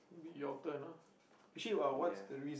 ya